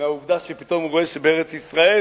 מהעובדה שפתאום הוא רואה שבארץ-ישראל,